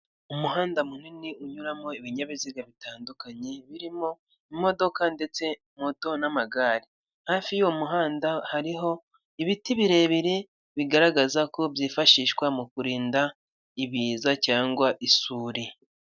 Umuhanda munini unyuramo ibinyabiziga bitandukanye birimo imodoka ndetse moto n'amagare hafi y'uwo muhanda hariho ibiti birebire bigaragaza ko byifashishwa mu kurinda ibiza cyangwa isuri.